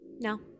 No